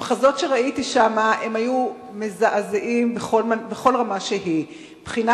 המחזות שראיתי שם היו מזעזעים בכל רמה שהיא,